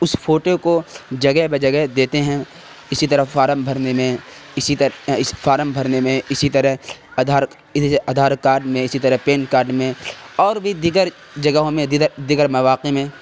اس photo کو جگہ بہ جگہ دیتے ہیں اسی طرح فارم بھرنے میں اسی اس فارم بھرنے میں اسی طرح ادھار اسی طرح ادھار کارڈ میں اسی طرح پین کارڈ میں اور بھی دیگر جگہوں میں دیگر مواقع میں